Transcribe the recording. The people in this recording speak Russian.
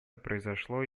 произошло